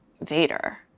Vader